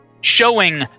showing